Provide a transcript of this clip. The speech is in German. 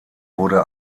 wurde